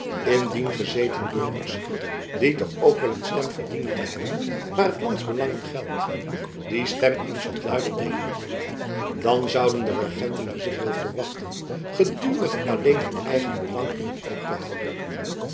indien gezeten burgers die toch ook wel een stem verdienen te hebben waar het s lands belangen geldt die stem eens wat luider deden hooren dan zouden de regenten er zich wel voor wachten gedurig alleen hun eigen belang in t oog te houden